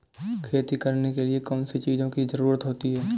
खेती करने के लिए कौनसी चीज़ों की ज़रूरत होती हैं?